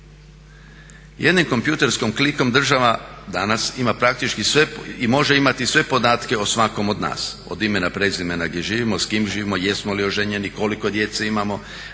Jednim kompjuterskim klikom država danas ima praktički sve, i može imati sve podatke o svakom od nas, od imena, prezimena, gdje živimo, s kim živimo, jesmo li oženjeni, koliko djece imamo,